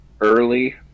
early